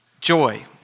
joy